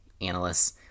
analysts